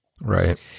Right